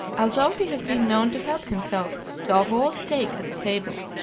although he has been known to help himself to a whole steak at the table,